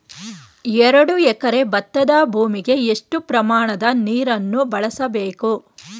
ಎರಡು ಎಕರೆ ಭತ್ತದ ಭೂಮಿಗೆ ಎಷ್ಟು ಪ್ರಮಾಣದ ನೀರನ್ನು ಬಳಸಬೇಕು?